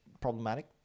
problematic